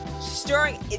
stirring